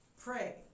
pray